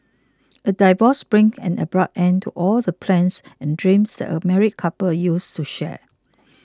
a divorce brings an abrupt end to all the plans and dreams that a married couple used to share